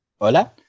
Hola